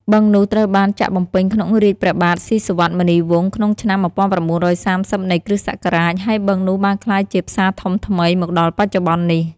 បឹងនោះត្រូវបានចាក់បំពេញក្នុងរាជព្រះបាទ សុីសុវត្ថ មុនីវង្ស ក្នុងឆ្នាំ ១៩៣០ នៃគ.សករាជ ហើយបឹងនោះបានក្លាយជា ផ្សារធំថ្មី មកដល់បច្ចុប្បន្ននេះ ។